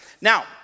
Now